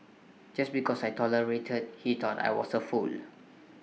just because I tolerated he thought I was A fool